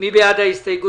מי בעד סעיף 3?